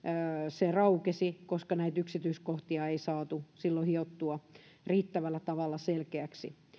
se raukesi koska näitä yksityiskohtia ei saatu silloin hiottua riittävällä tavalla selkeiksi